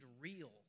real